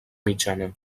mitjana